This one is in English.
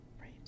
Right